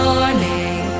morning